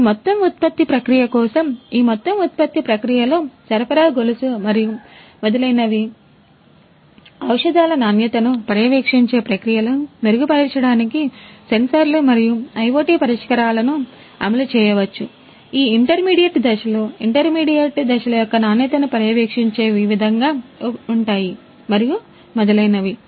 ఈ మొత్తం ఉత్పత్తి ప్రక్రియ కోసం ఈ మొత్తం ఉత్పత్తి ప్రక్రియలో సరఫరా గొలుసు మరియు మొదలైనవిఔషధాల నాణ్యతను పర్యవేక్షించే ప్రక్రియలను మెరుగుపరచడానికి సెన్సార్లు మరియు IoT పరిష్కారాలను అమలు చేయవచ్చు ఈ ఇంటర్మీడియట్ దశలు ఇంటర్మీడియట్ దశలు యొక్క నాణ్యతను పర్యవేక్షించే ఈ విధంగా ఉంటాయిమరియు మొదలైనవి